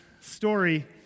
story